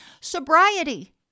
Sobriety